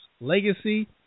Legacy